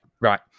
Right